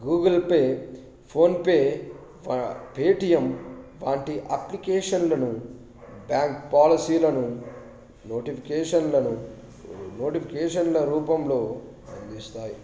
Google Pay PhonePe Paytm వంటి అప్లికేషన్లను bank పాలసీలను నోటిఫికేషన్లను నోటిఫికేషన్ల రూపంలో అందిస్తాయి